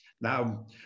Now